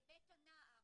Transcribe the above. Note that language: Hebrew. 'בית הנער'.